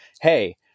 hey